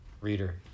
Reader